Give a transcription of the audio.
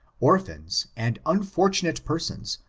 orphans, and unfortunate persons,